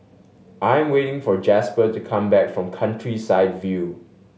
I'm waiting for Jasper to come back from Countryside View